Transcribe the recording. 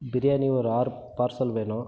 பிரியாணி ஒரு ஆறு பார்சல் வேணும்